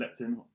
leptin